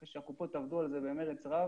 אחרי שהקופות עבדו על זה במרץ רב